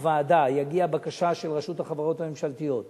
לוועדה, תגיע בקשה של רשות החברות הממשלתיות,